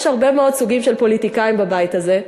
יש הרבה מאוד סוגים של פוליטיקאים בבית הזה.